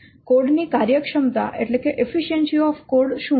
code ની કાર્યક્ષમતા શું હશે